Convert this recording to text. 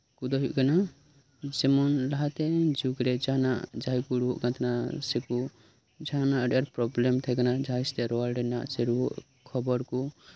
ᱡᱮᱢᱚᱱ ᱡᱟᱦᱟᱸ ᱠᱚ ᱦᱩᱭᱩᱜ ᱠᱟᱱᱟ ᱡᱮᱢᱚᱱ ᱞᱟᱦᱟᱛᱮ ᱡᱩᱜᱽᱨᱮ ᱡᱮᱢᱚᱱ ᱡᱟᱦᱟᱸᱱᱟᱜ ᱡᱟᱦᱟᱸᱭ ᱠᱚ ᱨᱩᱣᱟᱹᱜ ᱠᱟᱱ ᱛᱟᱦᱮᱸᱱᱟ ᱥᱮ ᱠᱚ ᱡᱟᱦᱟᱸᱱᱟᱜ ᱟᱹᱰᱤ ᱟᱸᱴ ᱯᱨᱚᱵᱮᱞᱮᱢ ᱛᱟᱸᱦᱮ ᱠᱟᱱᱟ ᱡᱟᱸᱦᱟᱭ ᱥᱟᱛᱮᱜ ᱨᱚᱲ ᱨᱮᱱᱟᱜ ᱥᱮ ᱨᱩᱣᱟᱹᱜ ᱠᱷᱚᱵᱚᱨ ᱠᱚ